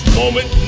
moment